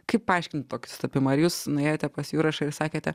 kaip paaiškinti pakistų apima ir jūs nuėjote pas jurašą jūs sakėte